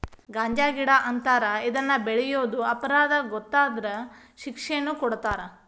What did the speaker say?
ಗಾಂಜಾಗಿಡಾ ಅಂತಾರ ಇದನ್ನ ಬೆಳಿಯುದು ಅಪರಾಧಾ ಗೊತ್ತಾದ್ರ ಶಿಕ್ಷೆನು ಕೊಡತಾರ